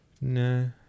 No